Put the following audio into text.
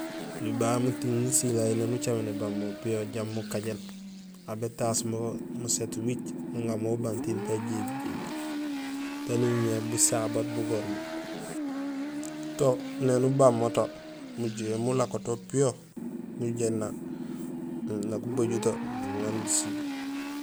Oli babé muting musilay éni ucaméén bébang mo piyo jambi mukajéén, aw bétaas mo muséét wiic nuŋaar mo ubang tiin ta jébijébi taan imimé busaha bat bugoor mo to néni ubang mo to mujuhé mulakoto piyo gujééna nak ubajul to nuŋa nusiil.